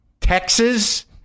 Texas